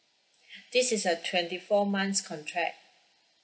this is a twenty four months contract